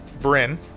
Bryn